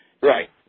Right